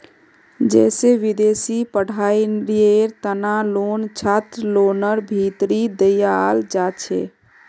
जैसे विदेशी पढ़ाईयेर तना लोन छात्रलोनर भीतरी दियाल जाछे